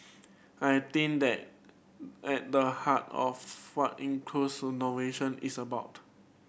I think that at the heart of what innovation is about